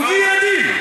הוא מביא ילדים.